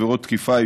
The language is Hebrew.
עבירות תקיפה,